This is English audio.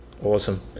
awesome